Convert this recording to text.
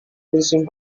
musim